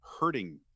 hurting